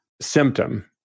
symptom